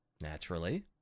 Naturally